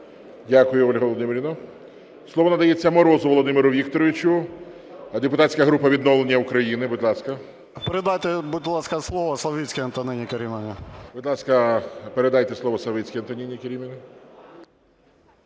Дякую, Ольго Володимирівно. Слово надається Морозу Володимиру Вікторовичу, депутатська група "Відновлення України", будь ласка. 13:41:53 МОРОЗ В.В. Передайте, будь ласка, слово Славицькій Антоніні Керимівні. ГОЛОВУЮЧИЙ. Будь ласка, передайте слово Славицькій Антоніні Керимівні.